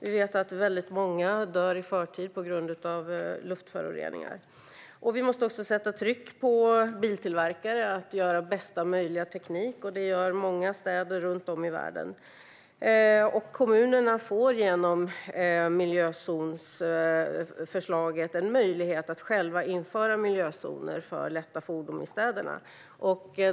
Vi vet att många dör i förtid på grund av luftföroreningar. Vi måste sätta tryck på biltillverkare att göra bästa möjliga teknik, och det gör många städer runt om i världen. Kommunerna får genom miljözonsförslaget en möjlighet att själva införa miljözoner för lätta fordon i städerna.